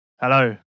Hello